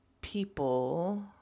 people